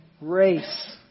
race